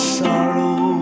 sorrow